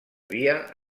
via